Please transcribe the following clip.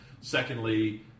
Secondly